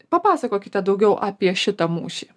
papasakokite daugiau apie šitą mūšį